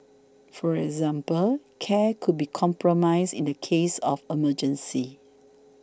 for example care could be compromised in the case of emergencies